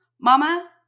mama